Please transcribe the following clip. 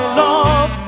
love